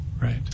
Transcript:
Right